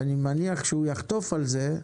ואני מניח שהוא יחטוף על זה,